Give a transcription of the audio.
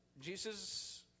Jesus